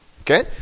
Okay